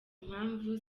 impamvu